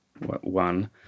one